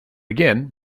again